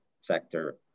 sector